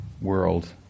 world